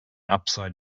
upside